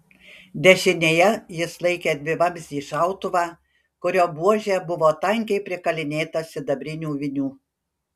dešinėje jis laikė dvivamzdį šautuvą kurio buožė buvo tankiai prikalinėta sidabrinių vinių